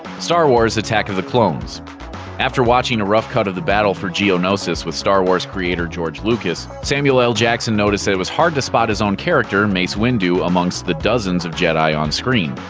star wars attack of the clones after watching a rough cut of the battle for geonosis with star wars creator george lucas, samuel l. jackson noticed that it was hard to spot his own character, mace windu, amongst the dozens of jedi on screen.